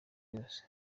yose